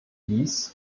dies